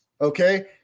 Okay